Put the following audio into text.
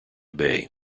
bay